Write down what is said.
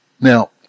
Now